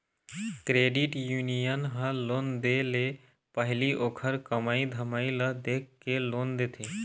credit union ह loan दे ले पहिली ओखर कमई धमई ल देखके लोन देथे